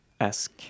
ask